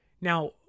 Now